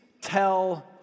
tell